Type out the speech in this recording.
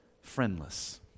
friendless